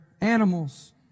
animals